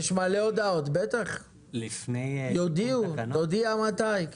יש מלא הודעות, תודיע מתי.